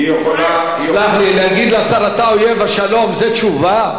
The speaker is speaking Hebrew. תסלח לי, להגיד לשר, אתה אויב השלום זה תשובה?